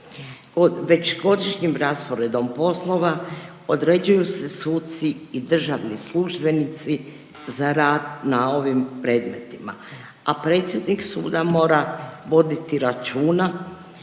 već godišnjim rasporedom poslova određuju se suci i državni službenici za rad na ovim predmetima, a predsjednik suda mora voditi računa